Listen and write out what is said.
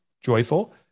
joyful